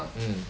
mm